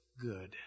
good